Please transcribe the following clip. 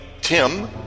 Tim